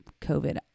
COVID